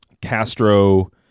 castro